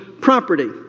property